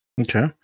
Okay